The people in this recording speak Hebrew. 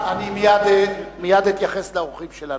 מייד אתייחס לאורחים שלנו.